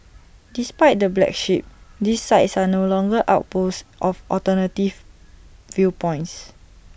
despite the black sheep these sites are no longer outposts of alternative viewpoints